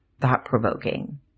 thought-provoking